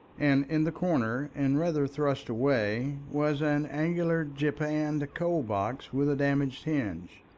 and in the corner and rather thrust away was an angular japanned coal-box with a damaged hinge.